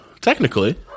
technically